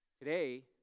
today